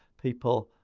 people